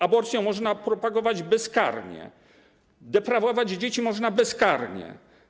Aborcję można propagować bezkarnie, deprawować dzieci można bezkarnie.